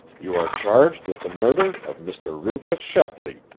you are charged with the murder of mr. rufus shepley,